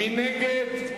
מי נגד?